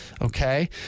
Okay